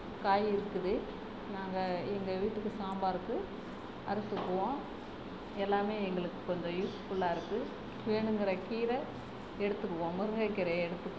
காய் இருக்குது நாங்கள் எங்கள் வீட்டுக்கு சாம்பாருக்கு அறுத்துக்குவோம் எல்லாம் எங்களுக்கு கொஞ்சம் யூஸ்ஃபுல்லாக இருக்குது வேணுங்கிற கீரை எடுத்துக்குவோம் முருங்கைக் கீரையை எடுத்துக்குவோம்